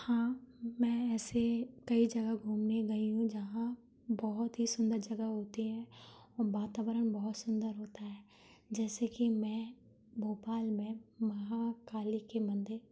हाँ मैं ऐसे कई जगह घूमने गई हूँ जहाँ बहुत ही सुंदर जगह होते हैं वातावरण बहुत सुंदर होता है जैसे कि मैं भोपाल में महाकाली के मंदिर